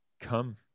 come